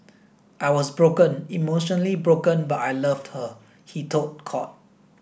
I was broken emotionally broken but I loved her he told court